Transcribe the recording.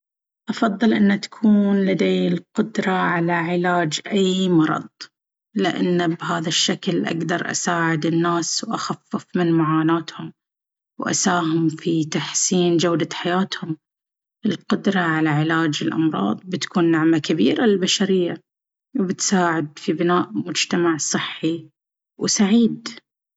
أفضل أن تكون لدي القدرة على علاج أي مرض. لأن بهذا الشكل، أقدر أساعد الناس وأخفف من معاناتهم، وأساهم في تحسين جودة حياتهم. القدرة على علاج الأمراض بتكون نعمة كبيرة للبشرية، وبتساعد في بناء مجتمع صحي وسعيد.